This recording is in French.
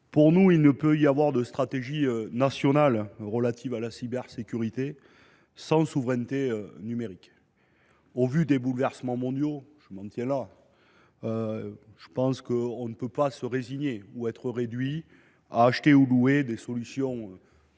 Fabien Gay. Il ne peut y avoir de stratégie nationale en matière de cybersécurité sans souveraineté numérique. Au vu des bouleversements mondiaux – nul besoin d’en dire plus –, on ne peut pas se résigner ou être réduit à acheter ou louer des solutions